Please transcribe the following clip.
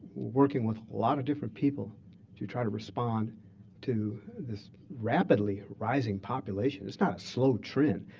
we're working with a lot of different people to try to respond to this rapidly rising population. it's not a slow trend,